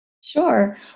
Sure